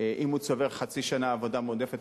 אם הוא צובר חצי שנה עבודה מועדפת,